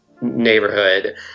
neighborhood